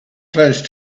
close